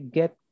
get